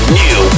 new